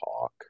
talk